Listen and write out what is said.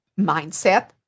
Mindset